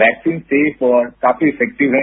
vaccine safe और काफी effective है